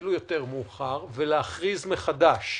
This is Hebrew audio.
אפילו יותר מאוחר, ולהכריז מחדש.